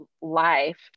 life